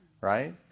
right